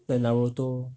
like naruto